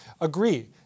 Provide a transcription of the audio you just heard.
agree